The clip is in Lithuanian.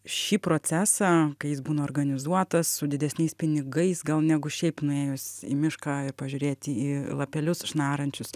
šį procesą kai jis būna organizuotas su didesniais pinigais gal negu šiaip nuėjus į mišką ir pažiūrėti į lapelius šnarančius